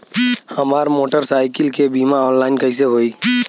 हमार मोटर साईकीलके बीमा ऑनलाइन कैसे होई?